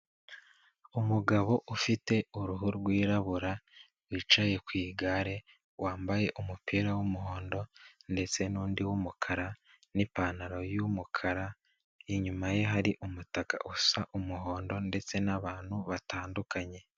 Umugabo ufite uruhu rwirabura wicaye ku igare wambaye umupira w'umuhondo ndetse n'undi w'umukara n'ipanaro y'umukara inyuma ye hari umutaka usa umuhondo ndetse n'abantu batandukanye.